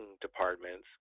departments